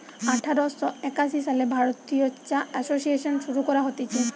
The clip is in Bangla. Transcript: আঠার শ একাশি সালে ভারতীয় চা এসোসিয়েসন শুরু করা হতিছে